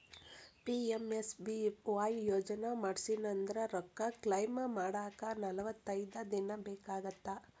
PMSBY ಯೋಜನಾ ಮಾಡ್ಸಿನಂದ್ರ ರೊಕ್ಕ ಕ್ಲೇಮ್ ಮಾಡಾಕ ನಲವತ್ತೈದ್ ದಿನ ಬೇಕಾಗತ್ತಾ